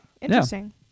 Interesting